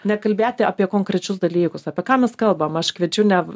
nekalbėti apie konkrečius dalykus apie ką mes kalbam aš kviečiu ne